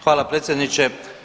Hvala predsjedniče.